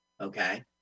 Okay